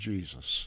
Jesus